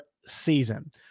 season